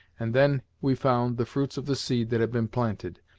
and then we found the fruits of the seed that had been planted.